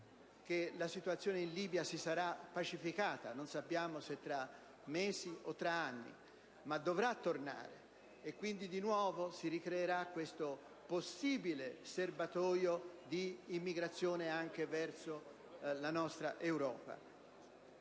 la situazione in Libia si sarà pacificata, non sappiamo se tra mesi o tra anni, ma dovrà tornare. E quindi, nuovamente, si ricreerà questo possibile serbatoio di immigrazione anche verso la nostra Europa.